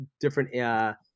different